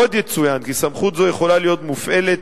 עוד יצוין כי סמכות זו יכולה להיות מופעלת